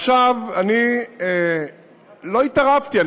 לא התערבתי.